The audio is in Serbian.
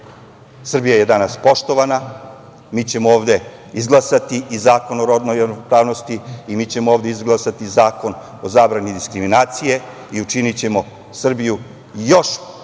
je danas poštovana. Mi ćemo ovde izglasati i zakon o rodnoj ravnopravnosti i mi ćemo ovde izglasati zakon o zabrani diskriminacije i učinićemo Srbiju još bližom